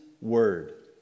word